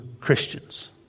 Christians